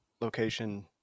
location